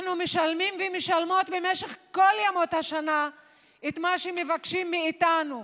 אנחנו משלמים ומשלמות במשך כל ימות השנה את מה שמבקשים מאיתנו,